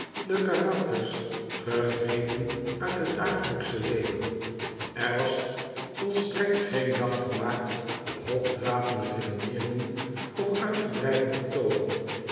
de karakters gegrepen uit het dagelijksche leven er was volstrekt geen jacht gemaakt op hoogdravende redeneeringen of uitgebreide vertoogen